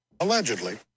Allegedly